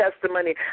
testimony